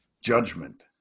judgment